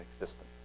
existence